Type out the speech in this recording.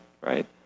right